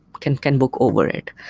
can can book over it.